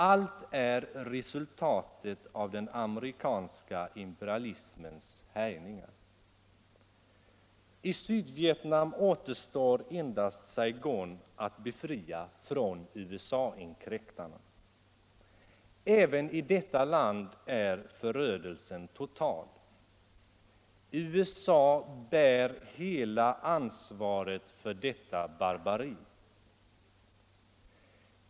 Allt är resultatet av den amerikanska imperialismens härjningar. I Sydvietnam återstår endast Saigon att befria från USA-inkräktarna. Även i detta land är förödelsen total. USA bär hela ansvaret för detta barbari.